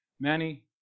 Manny